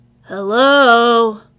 Hello